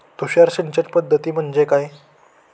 तुषार सिंचन पद्धती म्हणजे काय?